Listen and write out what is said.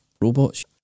robots